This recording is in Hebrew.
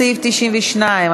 סעיף 92),